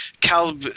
Cal